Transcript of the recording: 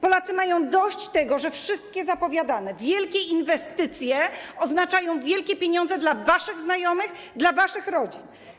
Polacy mają dość tego, że wszystkie zapowiadane wielkie inwestycje oznaczają wielkie pieniądze dla waszych znajomych, dla waszych rodzin.